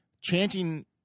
chanting